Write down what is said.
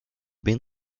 been